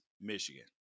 Michigan